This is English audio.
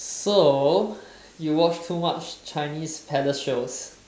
so you watch too much chinese palace shows